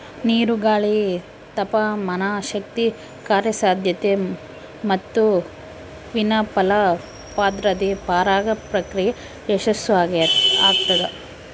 ನೀರು ಗಾಳಿ ತಾಪಮಾನಶಕ್ತಿ ಕಾರ್ಯಸಾಧ್ಯತೆ ಮತ್ತುಕಿಣ್ವ ಫಲಪ್ರದಾದ್ರೆ ಪರಾಗ ಪ್ರಕ್ರಿಯೆ ಯಶಸ್ಸುಆಗ್ತದ